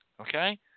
Okay